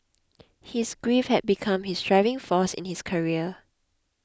his grief had become his driving force in his career